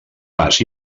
pas